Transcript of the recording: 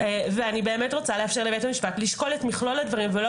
אני באמת רוצה לאפשר לבית המשפט לשקול את מכלול הדברים ולא